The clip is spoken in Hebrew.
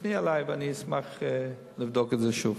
תפני אלי ואני אשמח לבדוק את זה שוב.